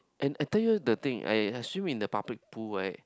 and I tell you the thing I I swim in the public pool right